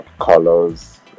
Colors